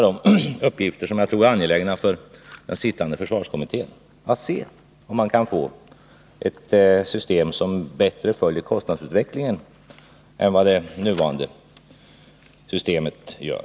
Det är angeläget för den arbetande försvarskommittén att försöka finna ett system som bättre följer kostnadsutvecklingen än vad det nuvarande systemet gör.